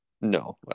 No